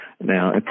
Now